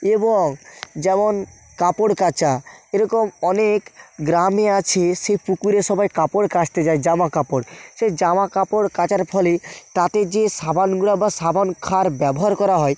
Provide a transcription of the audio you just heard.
এবং যেমন কাপড় কাচা এরকম অনেক গ্রামে আছে সে পুকুরে সবাই কাপড় কাচতে যায় জামা কাপড় সেই জামাকাপড় কাচার ফলে তাতে যে সাবান গুঁড়া বা সাবান ক্ষার ব্যবহার করা হয়